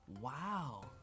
Wow